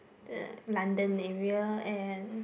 the London area and